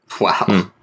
Wow